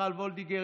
מיכל וולדיגר,